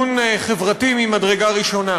חברתי ממדרגה ראשונה.